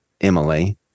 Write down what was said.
Emily